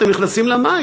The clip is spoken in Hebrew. אתם נכנסים למים,